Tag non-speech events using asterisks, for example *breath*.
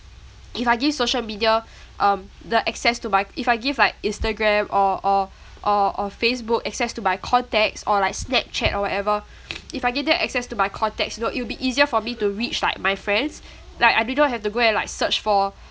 if I give social media *breath* um the access to my if I give like instagram or or or or facebook access to my contacts or like snapchat or whatever *noise* if I give them access to my contacts you know it will be easier for me to reach like my friends *breath* like I do not have to go and like search for